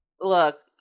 Look